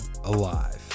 alive